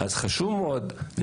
חשוב מאוד,